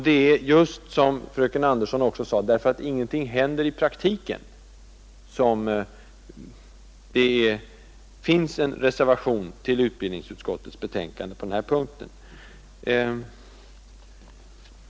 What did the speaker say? Det är just, som fröken Andersson sade, därför att ingenting händer i praktiken, som det finns en reservation till utbildningsutskottets betänkande på den här punkten.